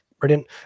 Brilliant